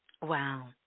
Wow